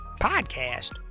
Podcast